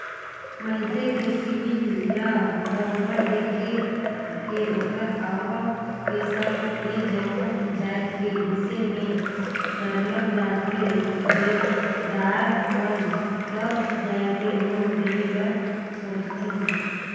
मइनसे के सिविल ल बरोबर देख के ओखर आवक के संघ ए जम्मो जाएत के बिसे में सरलग जानथें बेंकदार मन तब जाएके लोन देहे बर सोंचथे